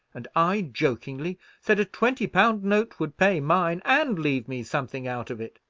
and i jokingly said a twenty-pound note would pay mine, and leave me something out of it.